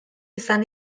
izan